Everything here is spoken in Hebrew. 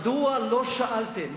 מדוע לא שאלתם?